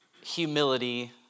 humility